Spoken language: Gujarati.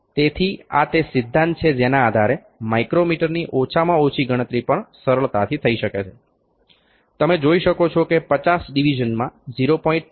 તેથી આ તે સિદ્ધાંત છે જેના આધારે માઇક્રોમીટરની ઓછામાં ઓછી ગણતરી પણ સરળતાથી થઈ શકે છે તમે જોઈ શકો છો કે 50 ડિવિઝનમાં 0